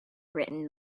written